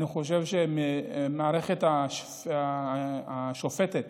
אני חושב שהמערכת השופטת